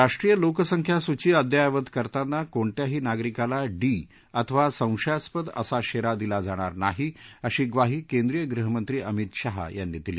राष्ट्रीय लोकसंख्या सुची अद्यायावत करताना कोणत्याही नागरिकाला डी अथवा संशयास्पद असा शेरा दिला जाणार नाही अशी ग्वाही केंद्रीय गृहमंत्री अमित शाह यांनी दिली